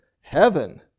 Heaven